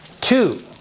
Two